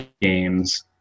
games